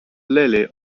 lily